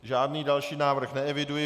Žádný další návrh neeviduji.